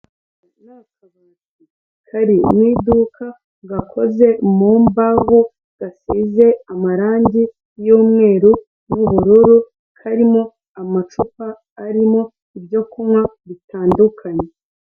Iri ni iduka gakoze mu mbaho gasize amarangi y'umweru n'ubururu harimo amacupa arimo ibyo kunywa bitandukanye.